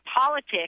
politics